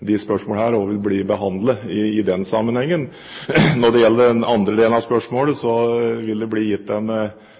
disse spørsmålene også vil bli behandlet i den sammenhengen. Når det gjelder den andre delen av spørsmålet, vil det bli gitt en bred drøfting av spørsmålet om den framtidige organiseringen av SPU og herunder ulike varianter av det. Så jeg prøver å si at hvis en